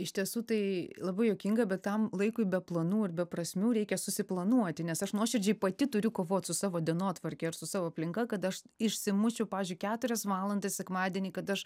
iš tiesų tai labai juokinga bet tam laikui be planų ir be prasmių reikia susiplanuoti nes aš nuoširdžiai pati turiu kovoti su savo dienotvarke ir su savo aplinka kad aš išsimuščiau pavyzdžiui keturias valandas sekmadienį kad aš